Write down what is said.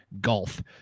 golf